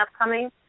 upcoming